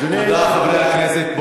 תודה, חברי הכנסת.